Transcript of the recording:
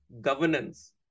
governance